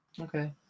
Okay